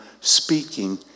speaking